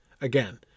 again